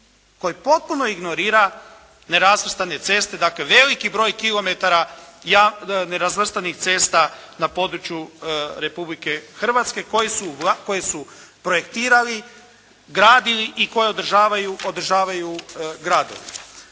koji potpuno ignorira nerazvrstane ceste, dakle veliki broj kilometara nerazvrstanih cesta na području Republike Hrvatske koje su projektirali, gradili i koje održavaju gradovi.